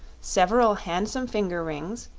several handsome finger-rings,